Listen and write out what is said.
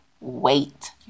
wait